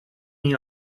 iyi